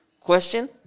question